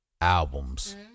albums